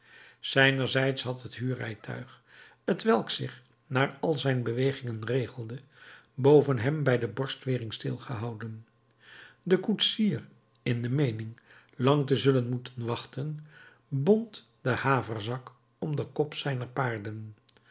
zijnerzijds had het huurrijtuig t welk zich naar al zijn bewegingen regelde boven hem bij de borstwering stil gehouden de koetsier in de meening lang te zullen moeten wachten bond den haverzak om den kop zijner paarden